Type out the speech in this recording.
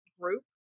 group